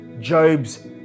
Job's